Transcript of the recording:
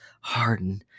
harden